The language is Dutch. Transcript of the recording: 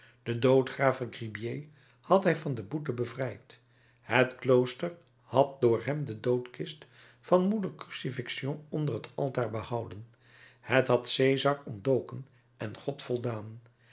den doodgraver gribier had hij van de boete bevrijd het klooster had door hem de doodkist van moeder crucifixion onder het altaar behouden het had cesar ontdoken en god voldaan